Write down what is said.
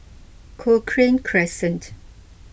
Cochrane Crescent